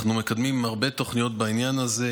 אנחנו מקדמים הרבה תוכניות בעניין הזה,